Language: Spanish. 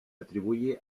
atribuye